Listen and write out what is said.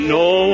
no